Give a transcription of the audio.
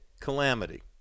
calamity